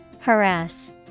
Harass